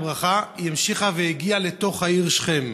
ברכה היא המשיכה והגיעה לתוך העיר שכם.